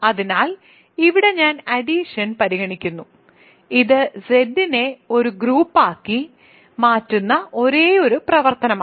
അതിനാൽ ഇവിടെ ഞാൻ അഡിഷൻ പരിഗണിക്കുന്നു ഇത് Z നെ ഒരു ഗ്രൂപ്പാക്കി മാറ്റുന്ന ഒരേയൊരു പ്രവർത്തനമാണ്